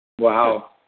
Wow